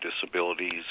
disabilities